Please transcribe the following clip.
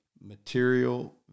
material